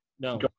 No